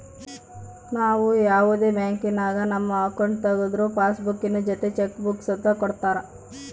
ನಾವು ಯಾವುದೇ ಬ್ಯಾಂಕಿನಾಗ ನಮ್ಮ ಅಕೌಂಟ್ ತಗುದ್ರು ಪಾಸ್ಬುಕ್ಕಿನ ಜೊತೆ ಚೆಕ್ ಬುಕ್ಕ ಸುತ ಕೊಡ್ತರ